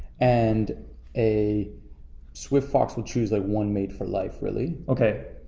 and a swift fox will choose like one mate for life really? okay,